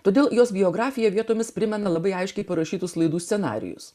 todėl jos biografija vietomis primena labai aiškiai parašytus laidų scenarijus